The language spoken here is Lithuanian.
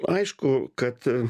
aišku kad